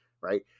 right